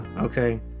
okay